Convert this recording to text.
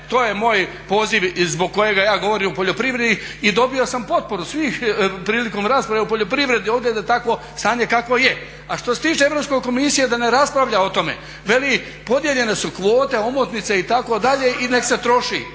To je moj poziv i zbog kojega ja govorim o poljoprivredi i dobio sam potporu svih, prilikom rasprave o poljoprivredi ovdje da je takvo stanje kakvo je. A što se tiče Europske komisije da ne raspravlja o tome, veli, podijeljene su kvote, omotnice itd., i neka se troši.